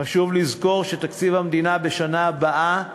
חשוב לזכור שתקציב המדינה בשנה הבאה יגדל.